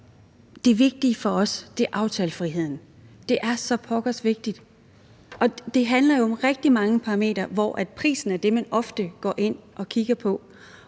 det vigtige for os er aftalefriheden. Det er så pokkers vigtigt. Og det handler jo om rigtig mange parametre, hvor prisen er det, man ofte går ind og kigger på.